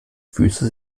füße